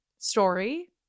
Story